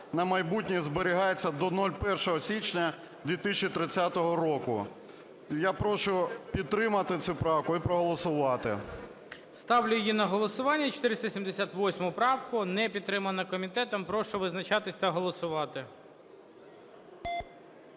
на майбутнє зберігається до 1 січня 2030 року." Я прошу підтримати цю правку і проголосувати. ГОЛОВУЮЧИЙ. Ставлю її на голосування, 478 правку. Не підтримана комітетом. Прошу визначатись та голосувати.